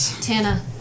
Tana